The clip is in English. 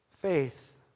faith